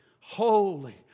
holy